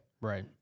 Right